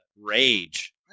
Rage